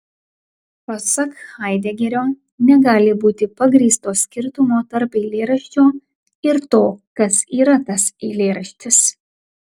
pasak haidegerio negali būti pagrįsto skirtumo tarp eilėraščio ir to kas yra tas eilėraštis